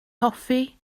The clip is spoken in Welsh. hoffi